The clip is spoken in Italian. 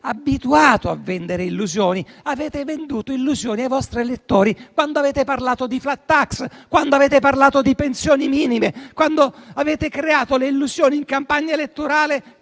abituato a vendere illusioni. Avete venduto illusioni ai vostri elettori quando avete parlato di *flat tax*, quando avete parlato di pensioni minime, quando avete parlato delle accise sulla benzina in campagna elettorale.